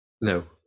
No